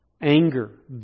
Anger